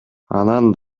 анан